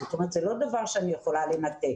זאת אומרת זה לא דבר שאני יכולה לנתק,